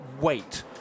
wait